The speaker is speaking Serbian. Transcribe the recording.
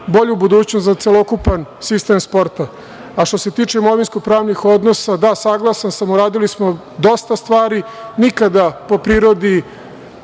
bolju budućnost za celokupan sistem sporta. Što se tiče imovinsko-pravnih odnosa, da, saglasan sam. Uradili smo dosta stvari. Nikada po prirodi,